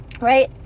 Right